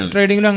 Trading